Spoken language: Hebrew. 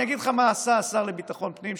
אני אגיד לך מה עשה השר לביטחון פנים,